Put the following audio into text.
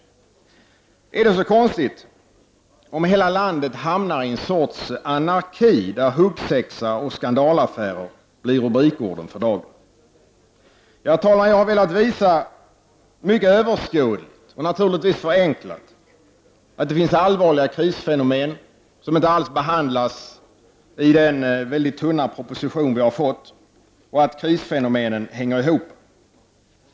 Är det då konstigt om hela landet hamnar i en sorts anarki, där huggsexa och skandalaffärer blir rubrikorden för dagen? Herr talman! Jag har velat mycket överskådligt och naturligtvis förenklat visa att det finns allvarliga krisfenomen som inte alls behandlas i den väldigt tunna proposition som vi har fått samt att krisfenomenen hänger ihop.